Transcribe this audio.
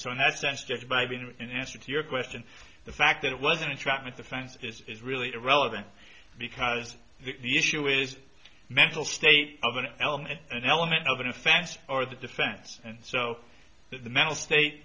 so in that sense just by being in answer to your question the fact that it was an entrapment defense this is really irrelevant because the issue is mental state of an element an element of an offense or the defense and so the mental state